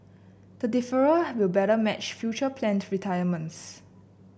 the deferral will better match future planned retirements